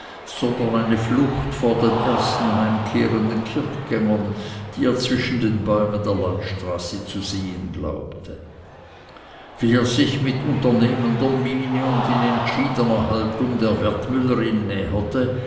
sondern eine flucht vor den ersten heimkehrenden kirchgängern die er zwischen den bäumen der landstraße zu sehen glaubte wie er sich mit unternehmender miene und in entschiedener haltung der wertmüllerin